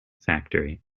factory